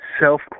self